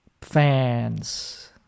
fans